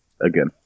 again